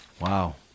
Wow